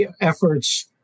efforts